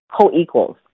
co-equals